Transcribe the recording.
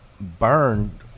burned